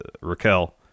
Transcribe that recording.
Raquel